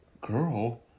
girl